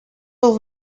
will